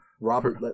Robert